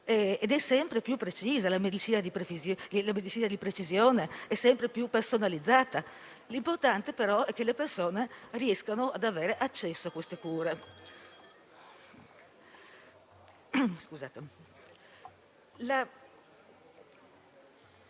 costantemente e la medicina di precisione è sempre più personalizzata. L'importante però è che le persone riescano ad avere accesso a queste cure. L'attuale